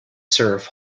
surf